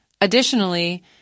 Additionally